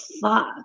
fuck